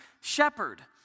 shepherd